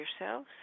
yourselves